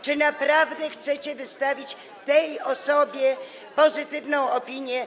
Czy naprawdę chcecie wystawić tej osobie pozytywną opinię?